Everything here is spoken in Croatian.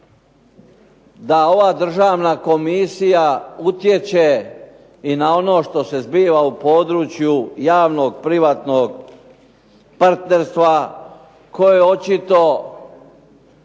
da ova državna komisija utječe i na ono što se zbiva na području javno-privatnog partnerstva koje očito